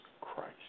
Christ